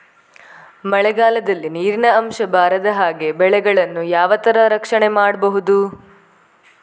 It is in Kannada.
ಮಳೆಗಾಲದಲ್ಲಿ ನೀರಿನ ಅಂಶ ಬಾರದ ಹಾಗೆ ಬೆಳೆಗಳನ್ನು ಯಾವ ತರ ರಕ್ಷಣೆ ಮಾಡ್ಬಹುದು?